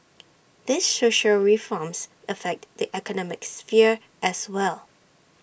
these social reforms affect the economic sphere as well